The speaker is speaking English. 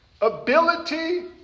Ability